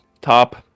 top